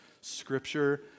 scripture